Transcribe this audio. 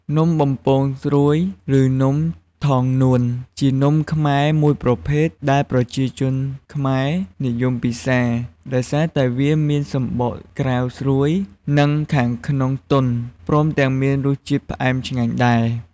នំបំពង់ស្រួយ ឬនំថងនួន ជានំខ្មែរមួយប្រភេទដែលប្រជាជនខ្មែរនិយមពិសា ដោយសារតែវាមានសំបកក្រៅស្រួយ និងខាងក្នុងទន់ ព្រមទាំងមានរសជាតិផ្អែមឆ្ងាញ់ដែរ។